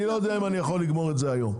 אני לא יודע אם אני יכול לגמור את זה היום.